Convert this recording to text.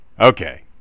okay